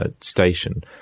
station